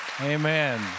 Amen